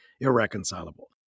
irreconcilable